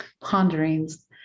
ponderings